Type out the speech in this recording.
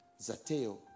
Zateo